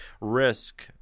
risk